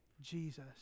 Jesus